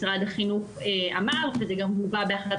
משרד החינוך אמר שזה גם הובא בהחלטת